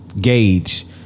gauge